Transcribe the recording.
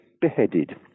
beheaded